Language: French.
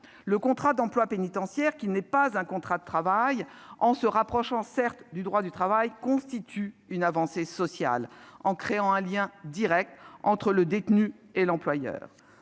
Le contrat d'emploi pénitentiaire, qui n'est pas un contrat de travail, mais se rapproche du droit du travail, constitue ainsi une avancée sociale en créant un lien direct entre le détenu et son employeur.